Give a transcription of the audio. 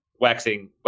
waxing